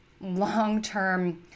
long-term